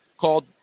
called